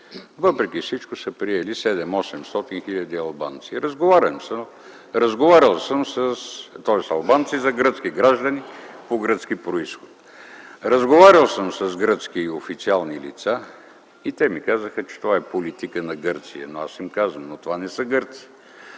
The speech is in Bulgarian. въпреки всичко са приели 700-800 хиляди албанци за гръцки граждани по гръцки произход. Разговарял съм с гръцки официални лица и те ми казаха, че това е политика на Гърция, но аз им казвам, че това не са гърци.